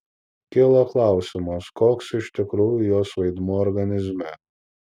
kilo klausimas koks iš tikrųjų jos vaidmuo organizme